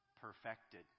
perfected